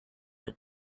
had